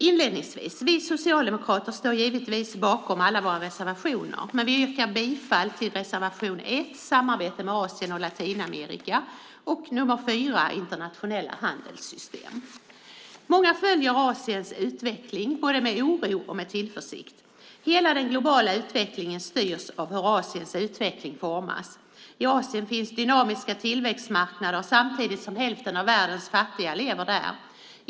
Inledningsvis vill jag säga att vi socialdemokrater givetvis står bakom alla våra reservationer, men jag yrkar bifall till reservation 1, Samarbete med Asien och Latinamerika och reservation 4, Internationella handelssystem. Många följer Asiens utveckling med både oro och tillförsikt. Hela den globala utvecklingen styrs av hur Asiens utveckling formas. I Asien finns dynamiska tillväxtmarknader samtidigt som hälften av världens fattiga lever där.